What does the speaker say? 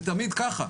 זה תמיד כך.